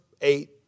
eight